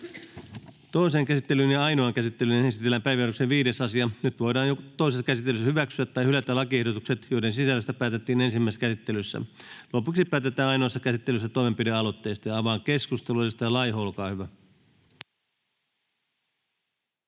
Toiseen käsittelyyn ja ainoaan käsittelyyn esitellään päiväjärjestyksen 12. asia. Nyt voidaan toisessa käsittelyssä hyväksyä tai hylätä lakiehdotukset, joiden sisällöstä päätettiin ensimmäisessä käsittelyssä. Lopuksi päätetään ainoassa käsittelyssä toimenpidealoitteista. — Keskustelu, edustaja Laiho.